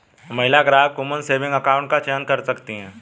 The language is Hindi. महिला ग्राहक वुमन सेविंग अकाउंट का चयन कर सकती है